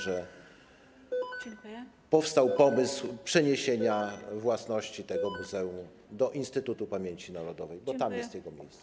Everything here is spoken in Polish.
że powstał pomysł przeniesienia własności tego muzeum do Instytutu Pamięci Narodowej, bo tam jest jego miejsce.